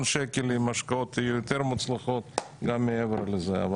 שקל ואם ההשקעות יהיו יותר מוצלחות גם מעבר לזה.